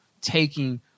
taking